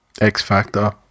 X-Factor